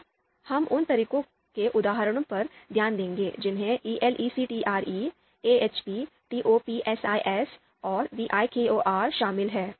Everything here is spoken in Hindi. अब हम उन तरीकों के उदाहरणों पर ध्यान देंगे जिनमें ELECTRE AHP TOPSIS और VIKOR शामिल हैं